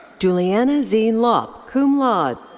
juliana z. llop, cum laude.